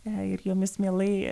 jei ir jomis mielai